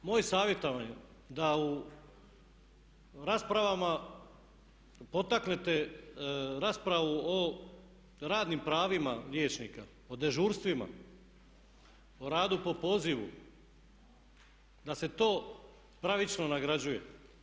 Moj savjet vam je da u raspravama potaknete raspravu o radnim pravima liječnika, o dežurstvima, o radu po pozivu, da se to pravično nagrađuje.